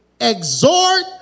exhort